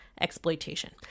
exploitation